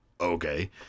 Okay